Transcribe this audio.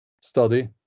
study